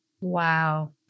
Wow